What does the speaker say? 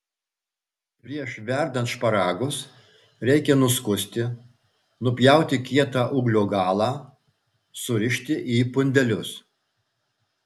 prieš verdant šparagus reikia nuskusti nupjauti kietą ūglio galą surišti į pundelius